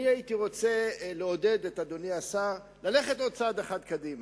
אני הייתי רוצה לעודד את אדוני השר ללכת עוד צעד אחד קדימה,